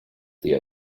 the